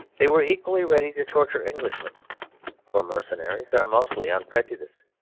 they were equally ready to torture englishmen for mercenaries are mostly unprejudiced.